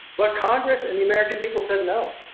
but congress and the american people said no.